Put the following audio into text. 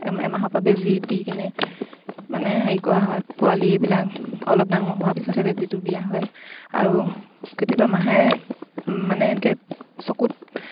এমাহৰপৰা বেজী দি কিনে মানে হেৰি কৰা হয় পোৱালি এইবিলাক অলপ ডাঙৰ হোৱাৰ পিছতহে বেজীটো দিয়া হয় আৰু কেতিয়াবা মাহে মানে এনেকৈ চকুত